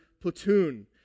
platoon